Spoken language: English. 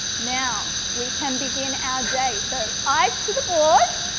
now, we can begin our day, so eyes to the board.